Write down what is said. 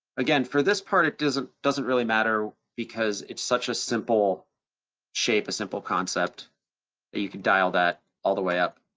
again, for this part, it doesn't doesn't really matter, because it's such a simple shape, a simple concept, that you can dial that all the way up,